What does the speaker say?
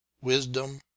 Wisdom